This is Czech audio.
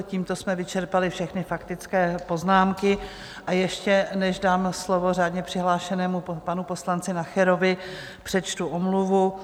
Tímto jsme vyčerpali všechny faktické poznámky, a ještě než dám slovo řádně přihlášenému panu poslanci Nacherovi, přečtu omluvu.